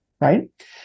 right